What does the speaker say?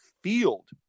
field